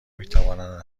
میتوانند